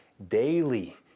daily